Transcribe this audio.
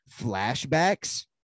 flashbacks